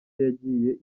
yagiye